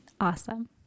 Awesome